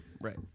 Right